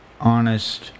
honest